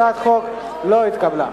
הצעת החוק לא התקבלה.